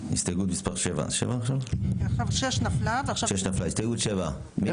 הצבעה ההסתייגות לא נתקבלה ההסתייגות לא התקבלה.